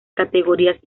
categorías